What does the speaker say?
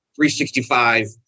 365